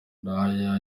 buraya